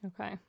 Okay